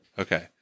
okay